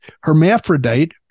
Hermaphrodite